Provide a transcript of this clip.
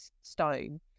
stone